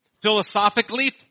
Philosophically